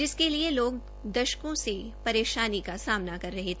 जिसके लिए लोग दशकों से परेशानी का सामना कर रहे थे